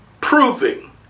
proving